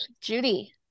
Judy